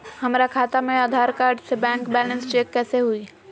हमरा खाता में आधार कार्ड से बैंक बैलेंस चेक कैसे हुई?